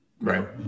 Right